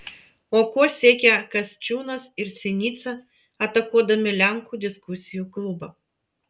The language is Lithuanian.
o kuo siekia kasčiūnas ir sinica atakuodami lenkų diskusijų klubą